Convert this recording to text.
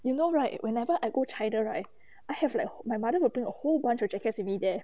you know right whenever I go china right I have like my mother will bring a whole bunch of jacket with me there